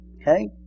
Okay